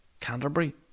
Canterbury